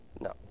No